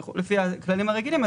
לפי הכללים הרגילים,